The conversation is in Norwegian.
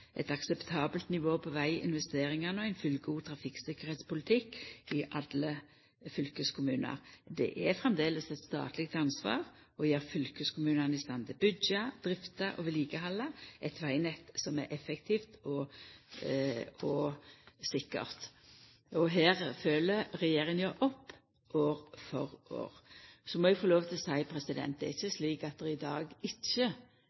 eit akseptabelt nivå på veginvesteringane og ein god trafikktryggleikspolitikk i alle fylkeskommunar. Det er framleis eit statleg ansvar å gjera fylkeskommunane i stand til å byggja, drifta og vedlikehalda eit vegnett som er effektivt og sikkert. Her følgjer regjeringa opp år for år. Så må eg få lov til å seia at det er ikkje slik at det i dag ikkje